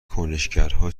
کنشگرها